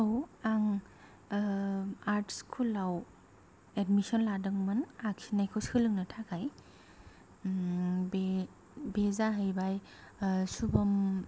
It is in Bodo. औ आं आर्ट स्कुलाव एडमिसन लादोंमोन आखिनायखौ सोलोंनो थाखाय बे बे जाहैबाय शुबम